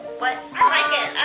what? i like it,